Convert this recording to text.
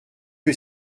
que